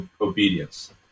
obedience